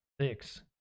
six